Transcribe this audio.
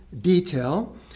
detail—